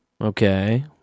okay